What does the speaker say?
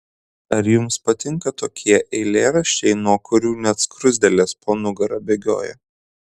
ar jums patinka tokie eilėraščiai nuo kurių net skruzdėlės po nugarą bėgioja